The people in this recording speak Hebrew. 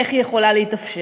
איך היא יכולה להתאפשר.